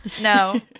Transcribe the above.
No